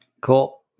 Cool